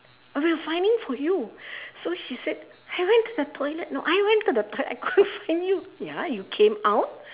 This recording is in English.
we were finding for you so she said I went to the toilet no I went to the toilet I couldn't find you ya you came out